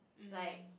like